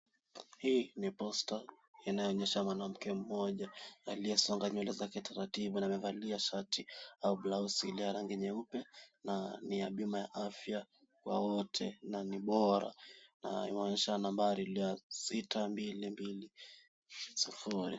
Hii ni posta inayoonyesha mwanamke mmoja aliyesonga nywele zake taratibu na amevalia shati au blausi ile ya rangi nyeupe na ni ya bima ya afya kwa wote na ni bora na inaonyesha nambari ile ya sita mbili mbili sufuri.